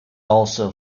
also